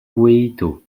poueyto